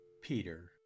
Peter